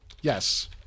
yes